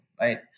right